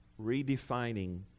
redefining